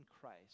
Christ